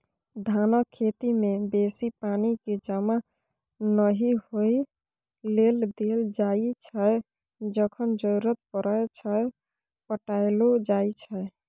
धानक खेती मे बेसी पानि केँ जमा नहि होइ लेल देल जाइ छै जखन जरुरत परय छै पटाएलो जाइ छै